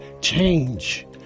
change